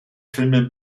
filme